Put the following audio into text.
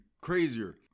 crazier